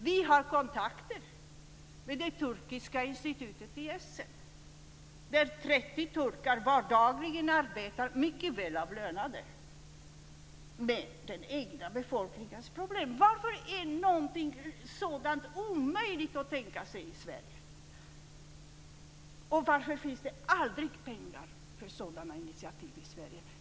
Vi har kontakter med det turkiska institutet i Essen där 30 mycket välavlönande turkar vardagligen arbetar med den egna befolkningens problem. Varför är någonting sådant omöjligt att tänka sig i Sverige? Varför finns det aldrig pengar för sådana initiativ i Sverige?